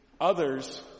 Others